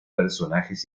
personajes